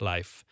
Life